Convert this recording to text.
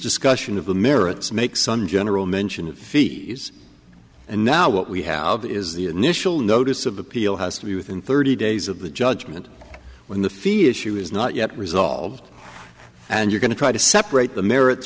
discussion of the merits makes on general mention of fees and now what we have is the initial notice of appeal has to be within thirty days of the judgment when the fee issue is not yet resolved and you're going to try to separate the merits